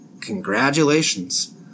Congratulations